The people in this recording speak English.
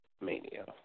Mania